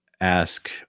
ask